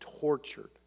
tortured